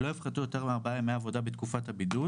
(א)שלעובד בבידוד מזכה לא יופחתו יותר מארבעה ימי עבודה בתקופת הבידוד.